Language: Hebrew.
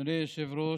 אדוני היושב-ראש,